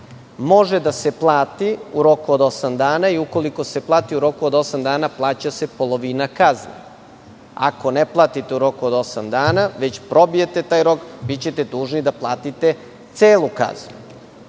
može da se plati u roku od osam dana i ukoliko se plati u roku od osam dana, plaća se polovina kazne. Ako ne platite u roku od osam dana, već probijete taj rok, bićete dužni da platite celu kaznu.